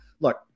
look